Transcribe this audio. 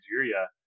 Nigeria